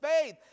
faith